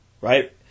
Right